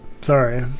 sorry